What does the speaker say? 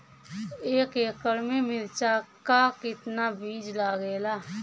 एक एकड़ में मिर्चा का कितना बीज लागेला?